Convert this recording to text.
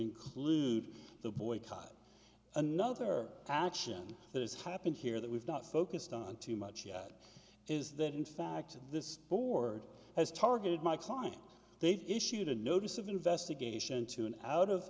include the boycott another action that has happened here that we've not focused on too much yet is that in fact this board has targeted my client they've issued a notice of investigation to an out of